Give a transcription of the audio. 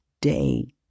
day